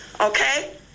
Okay